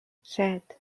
set